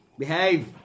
Behave